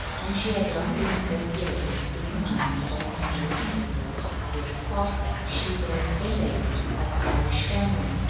and she had long been associated in the minds of american liberals with theodore parker. she was a lady of irish family,